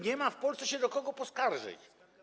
Nie ma w Polsce się do kogo poskarżyć.